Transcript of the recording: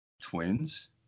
Twins